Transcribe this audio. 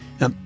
Now